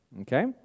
okay